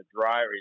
dryer